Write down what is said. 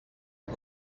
est